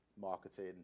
marketing